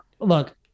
look